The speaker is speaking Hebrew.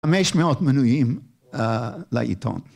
‫500 מנויים לעיתון.